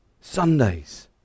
Sundays